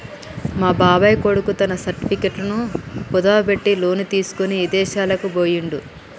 మా బాబాయ్ కొడుకు తన సర్టిఫికెట్లను కుదువబెట్టి లోను తీసుకొని ఇదేశాలకు బొయ్యిండు